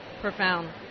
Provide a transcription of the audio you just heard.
profound